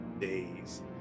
Days